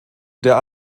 der